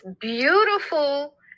beautiful